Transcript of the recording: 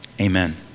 Amen